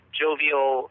jovial